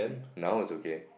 now it's okay